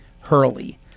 Hurley